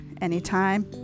anytime